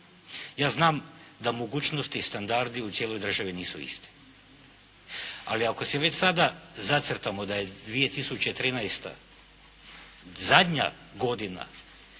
Ja znam da mogućnosti i standardi u cijeloj državi nisu isti. Ali ako si već sada zacrtamo da je 2013. zadnja godina